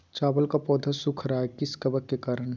चावल का पौधा सुख रहा है किस कबक के करण?